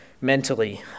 mentally